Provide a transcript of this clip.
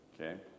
Okay